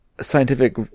scientific